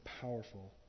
powerful